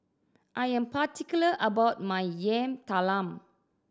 I am particular about my Yam Talam